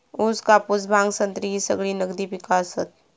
ऊस, कापूस, भांग, संत्री ही सगळी नगदी पिका आसत